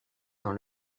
dans